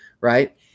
right